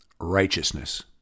righteousness